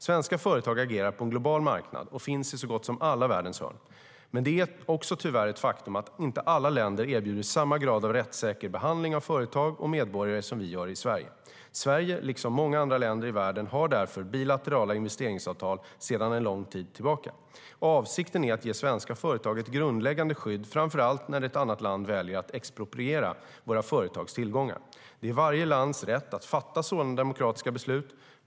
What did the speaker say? Svenska företag agerar på en global marknad och finns i så gott som alla världens hörn. Men det är också tyvärr ett faktum att inte alla länder erbjuder samma grad av rättssäker behandling av företag och medborgare som vi gör i Sverige. Sverige, liksom många andra länder i världen, har därför bilaterala investeringsavtal sedan en lång tid tillbaka. Avsikten är att ge svenska företag ett grundläggande skydd framför allt när ett annat land väljer att expropriera våra företags tillgångar. Det är varje lands rätt att fatta sådana demokratiska beslut.